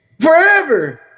forever